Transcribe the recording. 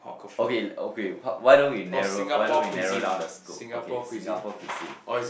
okay okay how why don't we narrow why don't we narrow down the scope okay Singapore cuisine